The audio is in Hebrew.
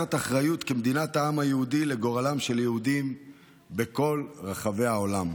כמדינת העם היהודי עלינו לקחת אחריות לגורלם של יהודים בכל רחבי העולם.